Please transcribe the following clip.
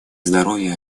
здоровья